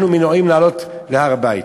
אנחנו מנועים מלעלות להר-הבית.